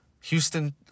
Houston